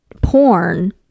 porn